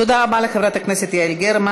תודה רבה לחברת הכנסת יעל גרמן.